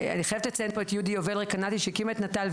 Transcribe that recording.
אני רק חייבת לציין פה את יהודית יובל רקנאטי שהקימה את נט"ל,